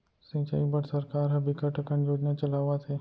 सिंचई बर सरकार ह बिकट अकन योजना चलावत हे